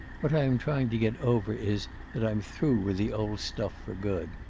what i am trying to get over is that i'm through with the old stuff for good.